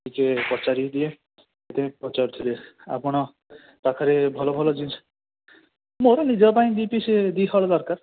ଟିକିଏ ପଚାରିବି ଟିକିଏ ସେଇଥିପାଇଁ ପଚାରୁଥିଲେ ଆପଣ ପାଖରେ ଭଲ ଭଲ ଜିନିଷ ମୋର ନିଜ ପାଇଁ ଦୁଇ ପିସ୍ ଦୁଇ ହଳ ଦରକାର